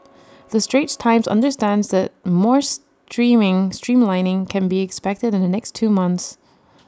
the straits times understands that more streaming streamlining can be expected in the next two months